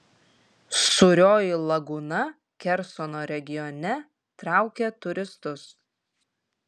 sūrioji lagūna kersono regione traukia turistus